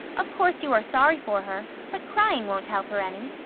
of course, you are sorry for her, but crying won't help her any.